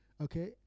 okay